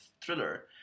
thriller